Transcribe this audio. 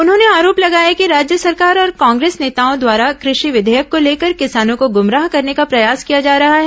उन्होंने आरोप लगाया कि राज्य सरकार और कांग्रेस नेताओं द्वारा कृषि विधेयक को लेकर किसानों को गुमराह करने का प्रयास किया जा रहा है